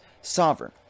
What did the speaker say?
sovereign